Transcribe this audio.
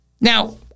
Now